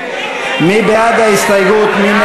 מי בעד ההסתייגות?